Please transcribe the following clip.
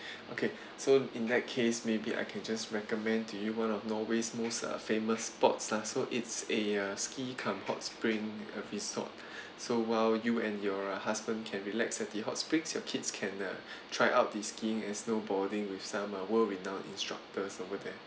okay so in that case maybe I can just recommend to you one of norway's most uh famous sports lah so it's a ski cum hot spring uh resort so while you and your husband can relax at the hot spring your kids can uh try out the skiing and snowboarding with some uh world renowned instructors over there